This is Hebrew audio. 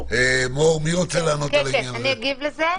אני אגיב על זה.